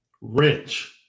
Wrench